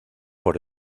por